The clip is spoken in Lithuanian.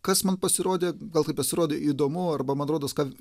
kas man pasirodė gal tai pasirodė įdomu arba man rodos ką